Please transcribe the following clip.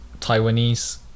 Taiwanese